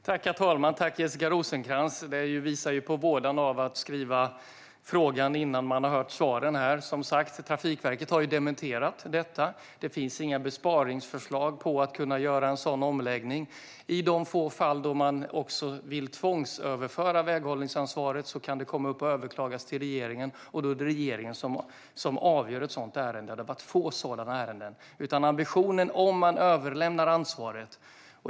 Herr talman! Tack för frågan, Jessica Rosencrantz! Det visar på vådan av att skriva frågan innan man har hört svaren här. Trafikverket har dementerat detta. Det finns inga besparingsförslag på att göra en sådan omläggning. I de få fall man vill tvångsöverföra väghållningsansvaret kan det överklagas till regeringen. Då är det regeringen som avgör ett sådant ärende. Det har varit få sådana ärenden. Det finns en ambition om man överlämnar ansvaret.